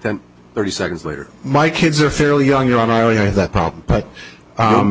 than thirty seconds later my kids are fairly young you're on i have that problem but